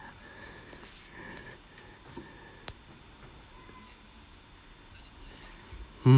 hmm